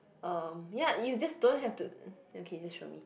um ya you just don't have to okay that's wrong